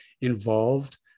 involved